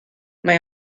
mae